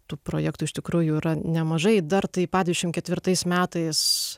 tų projektų iš tikrųjų yra nemažai dar taip pat dvidešim ketvirtais metais